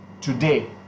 today